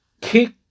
kick